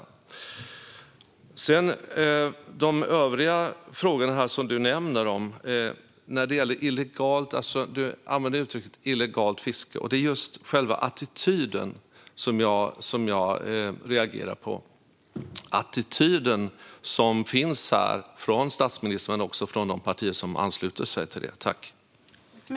När det gäller de övriga frågorna du nämner använder du uttrycket "illegalt fiske", Ulrika Heie. Det som jag reagerar på är själva attityden här, från statsministern men också från de partier som har anslutit sig till januariöverenskommelsen.